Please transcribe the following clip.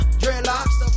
dreadlocks